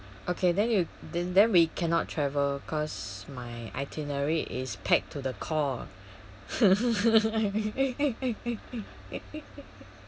okay then you then then we cannot travel cause my itinerary is packed to the core